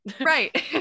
Right